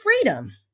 freedom